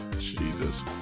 Jesus